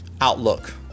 outlook